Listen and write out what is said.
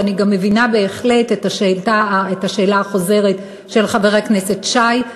ואני גם מבינה בהחלט את השאלה החוזרת של חבר הכנסת שי.